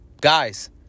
Guys